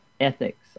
ethics